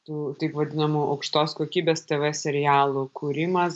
tų taip vadinamų aukštos kokybės tv serialų kūrimas